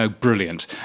Brilliant